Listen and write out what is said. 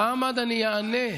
חמד, אני אענה.